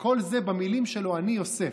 וכל זה במילים שלו: "אני יוסף".